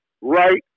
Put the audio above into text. right